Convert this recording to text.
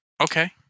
okay